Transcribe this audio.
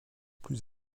plus